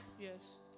Yes